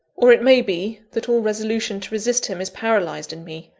or it may be, that all resolution to resist him is paralysed in me,